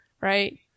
right